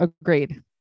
Agreed